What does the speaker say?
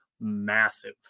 massive